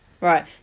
Right